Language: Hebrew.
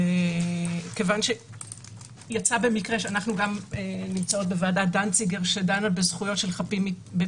וכיוון שיצא במקרה שאנחנו גם נמצאות בוועדת דנציגר שדנה בהרשעות,